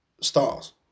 stars